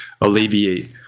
alleviate